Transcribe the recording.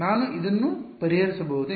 ನಾನು ಅದನ್ನು ಪರಿಹರಿಸಬಹುದೇ